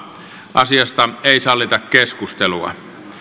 asiasta ei sallita keskustelua